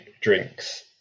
drinks